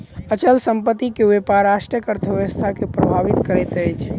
अचल संपत्ति के व्यापार राष्ट्रक अर्थव्यवस्था के प्रभावित करैत अछि